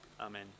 Amen